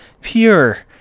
Pure